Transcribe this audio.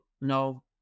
no